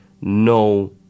no